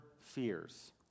fears